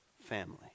family